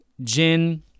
Jin